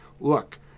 look